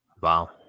wow